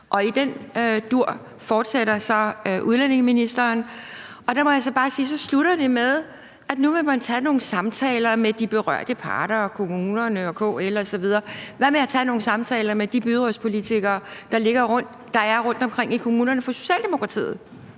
sige, at så slutter det med, at nu vil man tage nogle samtaler med de berørte parter og kommunerne og KL osv. Hvad med at tage nogle samtaler med de byrådspolitikere, der er rundtomkring i kommunerne for Socialdemokratiet?